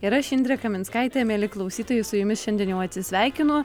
ir aš indrė kaminskaitė mieli klausytojai su jumis šiandien jau atsisveikinu